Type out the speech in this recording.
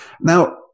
Now